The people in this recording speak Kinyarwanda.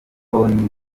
toni